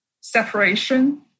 separation